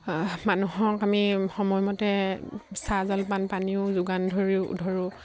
মানুহক আমি সময়মতে চাহ জলপান পানীও যোগান ধৰিও ধৰোঁ